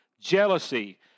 jealousy